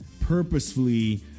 purposefully